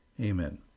Amen